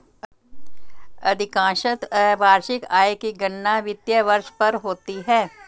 अधिकांशत वार्षिक आय की गणना वित्तीय वर्ष पर होती है